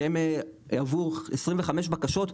שהם עבור 25 בקשות,